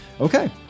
Okay